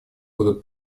будут